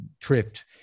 tripped